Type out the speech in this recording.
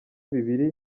bibiri